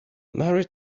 mary